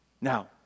Now